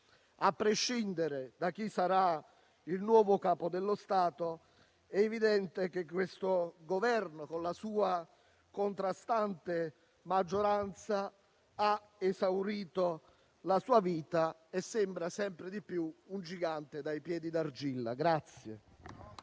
A prescindere da chi sarà il nuovo Capo dello Stato, è evidente che questo Governo, con la sua contrastante maggioranza, ha esaurito la sua vita e sembra sempre di più un gigante dai piedi d'argilla.